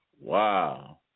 Wow